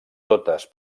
totes